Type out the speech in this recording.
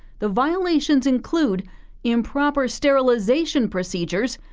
the violations include improper sterilization procedures,